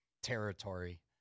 territory